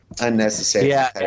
unnecessary